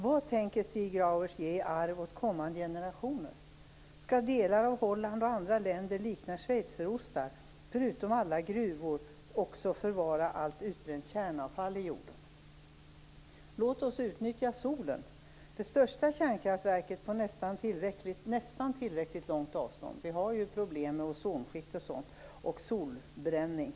Vad tänker Stig Grauers ge i arv åt kommande generationer? Skall delar av Holland och andra länder likna schweizerostar där man förutom alla gruvor också skall förfara allt utbränt kärnavfall i jorden? Låt oss utnyttja solen, det största kärnkraftverket på nästan tillräckligt lång avstånd - det finns ju problem med ozonskiktet och solbränning.